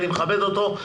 אני מכבד אותו,